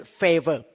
favor